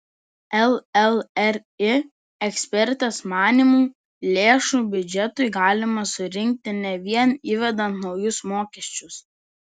llri ekspertės manymu lėšų biudžetui galima surinkti ne vien įvedant naujus mokesčius